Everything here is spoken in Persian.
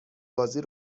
بازی